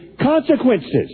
consequences